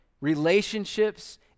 Relationships